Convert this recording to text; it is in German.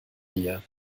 dir